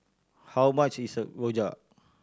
how much is rojak